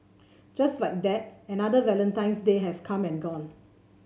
just like that another Valentine's Day has come and gone